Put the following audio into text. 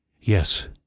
Yes